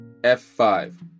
F5